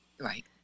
Right